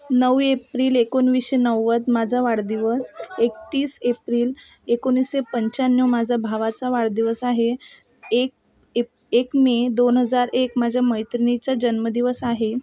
नऊ एप्रिल एकोणविसशे नव्वद माझा वाढदिवस एकतीस एप्रिल एकोणिसशे पंच्याण्णव माझ्या भावाचा वाढदिवस आहे एक एप एक मे दोन हजार एक माझ्या मैत्रिणीचा जन्मदिवस आहे